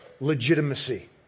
legitimacy